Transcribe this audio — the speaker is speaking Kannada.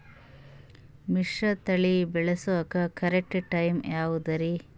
ಮಿಶ್ರತಳಿ ಬಿತ್ತಕು ಕರೆಕ್ಟ್ ಟೈಮ್ ಯಾವುದರಿ?